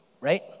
right